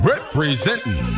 Representing